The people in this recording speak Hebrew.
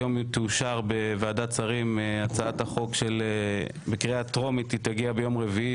היום תאושר בוועדת שרים בקריאה טרומית ותגיע ביום רביעי